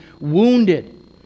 wounded